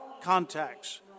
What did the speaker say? contacts